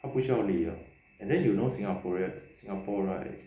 他不需要理了 and then you know singaporea~ singapore right